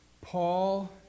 Paul